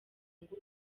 ngo